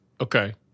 Okay